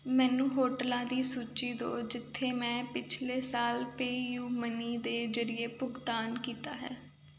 ਮੈਨੂੰ ਹੋਟਲਾਂ ਦੀ ਸੂਚੀ ਦਿਉ ਜਿੱਥੇ ਮੈਂ ਪਿੱਛਲੇ ਸਾਲ ਪੇਯੂਮਨੀ ਦੇ ਜਰੀਏ ਭੁਗਤਾਨ ਕੀਤਾ ਹੈ